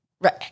Right